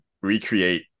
recreate